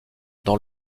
dans